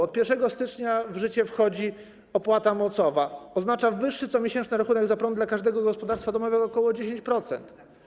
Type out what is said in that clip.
Od 1 stycznia w życie wchodzi opłata mocowa, co oznacza wyższy comiesięczny rachunek za prąd dla każdego gospodarstwa domowego o ok. 10%.